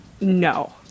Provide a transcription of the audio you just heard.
No